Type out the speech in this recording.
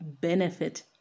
benefit